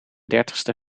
dertigste